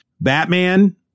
Batman